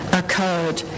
occurred